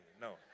No